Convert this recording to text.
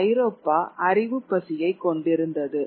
ஆனால் ஐரோப்பா அறிவுக்குப் பசியை கொண்டிருந்தது